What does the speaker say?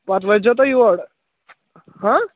پتہٕ وأتۍ زیٚو تُہۍ یور